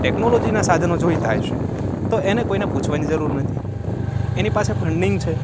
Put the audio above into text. ટેકનોલોજીના સાધનો જોઈતા હશે તો એને કોઈને પૂછવાની જરૂર નથી એની પાસે ફંડિંગ છે